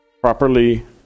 properly